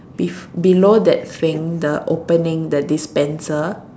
beef below that thing the opening the dispenser